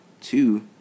Two